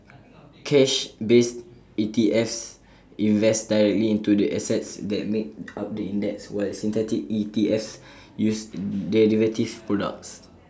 cash based ETFs invest directly into the assets that make up the index while synthetic ETFs use derivative products